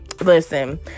listen